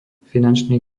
finančný